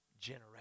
generation